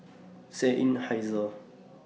Seinheiser